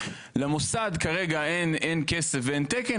למוסד כרגע אין כסף ואין תקן,